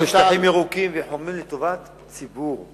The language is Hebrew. שטחי ציבור בשטחים ירוקים וחומים לטובת הציבור.